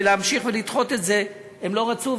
ולהמשיך לדחות את זה הם לא רצו.